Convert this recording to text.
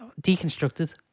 deconstructed